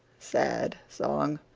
sad song.